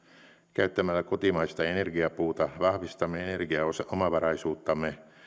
käyttämällä kotimaista energiapuuta vahvistamme energiaomavaraisuuttamme